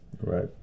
Right